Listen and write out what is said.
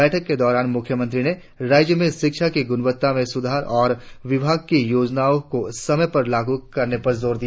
बैठक के दौरान मुख्यमंत्री ने राज्य में शिक्षा की गुणवत्ता में सुधार और विभाग की योजनाओं को समय पर लागू करने पर जोर दिया